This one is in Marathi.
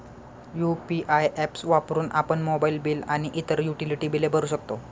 यु.पी.आय ऍप्स वापरून आपण मोबाइल बिल आणि इतर युटिलिटी बिले भरू शकतो